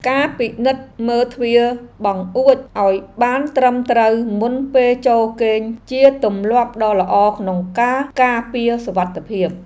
ការពិនិត្យមើលទ្វារបង្អួចឱ្យបានត្រឹមត្រូវមុនពេលចូលគេងជាទម្លាប់ដ៏ល្អក្នុងការការពារសុវត្ថិភាព។